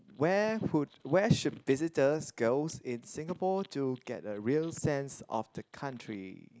where would where should visitors goes in Singapore to get a real sense of the country